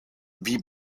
wie